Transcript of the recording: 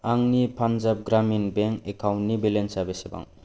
आंनि पान्जाब ग्रामिन बेंक एकाउन्टनि बेलेन्सा बेसेबां